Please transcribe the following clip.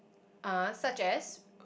uh such as